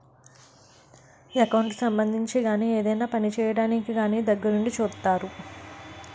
account కి సంబంధించి గాని ఏదైనా పని చేయడానికి కానీ దగ్గరుండి సూత్తారు